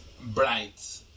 bright